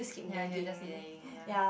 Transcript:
ya he will just keep nagging ya